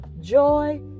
joy